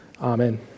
Amen